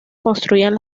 construían